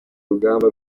rugamba